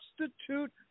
substitute